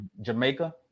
Jamaica